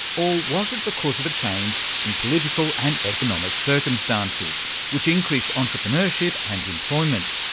or was it because of a change in political and economic circumstances which increased entrepreneurship and employment?